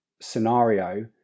scenario